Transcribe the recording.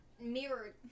mirrored